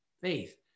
faith